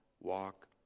walk